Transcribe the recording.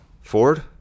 ford